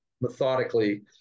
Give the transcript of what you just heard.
methodically